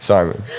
Simon